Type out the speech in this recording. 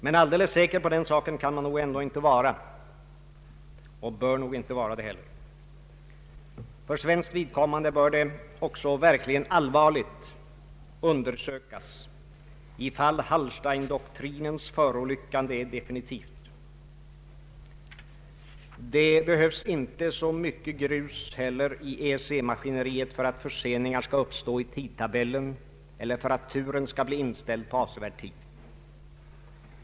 Men alldeles säker på den saken kan man nog ändå inte vara — och bör nog inte vara det heller. För svenskt vidkommande bör det också verkligen allvarligt undersökas, om Hallsteindoktrinens förolyckande är definitivt. Det behövs inte heller så mycket grus i EEC maskineriet för att förseningar skall uppstå i tidtabellen eller för att turen skall bli inställd på avsevärd tid.